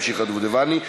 המשיכה דובדבני.